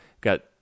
got